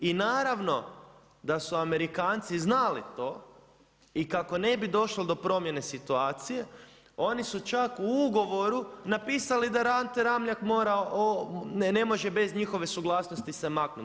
I naravno, da su Amerikanci znali to i kako ne bi došlo do promjene situacije, oni su čak u ugovoru napisali, da Ante Ramljak ne može bez njihove suglasnosti se maknuti.